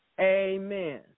Amen